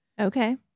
okay